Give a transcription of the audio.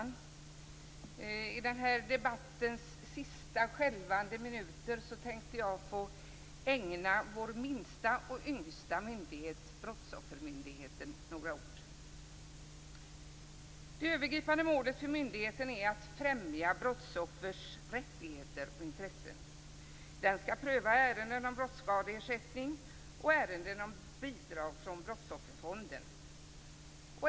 Fru talman! I debattens sista självande minuter tänkte jag ägna vår minsta och yngsta myndighet - Brottsoffermyndigheten - några ord. Det övergripande målet för myndigheten är att främja brottsoffers rättigheter och intressen. Den skall pröva ärenden om brottsskadeersättning och ärenden om bidrag från Brottsofferfonden.